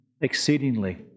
exceedingly